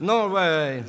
Norway